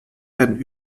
werden